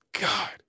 God